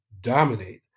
dominate